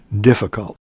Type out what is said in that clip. difficult